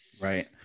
Right